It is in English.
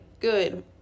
good